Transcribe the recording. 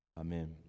Amen